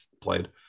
played